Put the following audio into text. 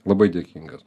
labai dėkingas